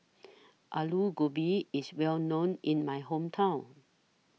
Alu Gobi IS Well known in My Hometown